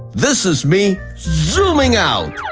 this is me zooming out!